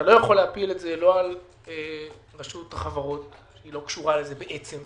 לא על רשות החברות היא לא קשורה לזה בעצם.